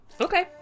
okay